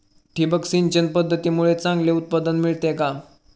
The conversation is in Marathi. ठिबक सिंचन पद्धतीमुळे चांगले उत्पादन मिळते का?